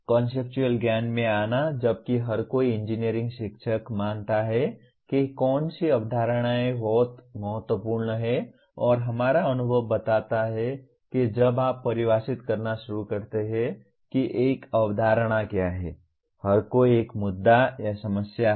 conceptual ज्ञान में आना जबकि हर कोई इंजीनियरिंग शिक्षक मानता है कि कौन सी अवधारणाएं बहुत महत्वपूर्ण हैं और हमारा अनुभव बताता है कि जब आप परिभाषित करना शुरू करते हैं कि एक अवधारणा क्या है हर कोई एक मुद्दा या समस्या है